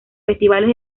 festivales